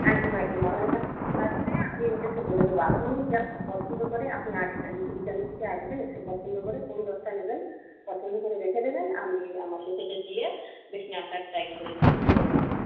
একদম একদম আমার এখানে আছে আমি ওদেরকে বলে দেবো আপনি জাস্ট পছন্দ করে আপনি আসবেন বিকালের দিকে আসবেন এসে পছন্দ করে কোন দশটা নেবেন পছন্দ করে রেখে দেবেন আমি আমার লোকেদের দিয়ে বেশ নাটটা টাইট করে দিয়ে দিতে বলবো